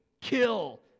kill